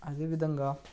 అదేవిధంగా